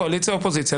קואליציה-אופוזיציה,